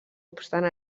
obstant